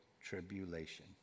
tribulation